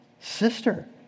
Sister